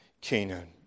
Canaan